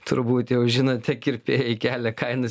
turbūt jau žinote kirpėjai kelia kainas